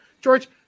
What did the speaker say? George